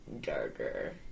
darker